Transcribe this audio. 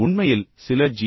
உண்மையில் சில ஜி